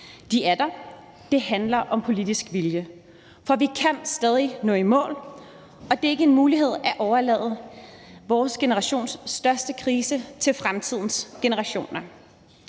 er der. Det handler om politisk vilje. For vi kan stadig nå i mål, og det er ikke en mulighed at overlade vores generations største krise til fremtidens generationer.